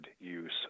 use